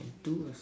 do your